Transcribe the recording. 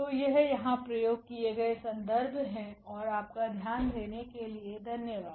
तो यह यहाँ प्रयोग किए गए संदर्भ हैं और आपका ध्यान देने के लिए धन्यवाद